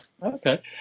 Okay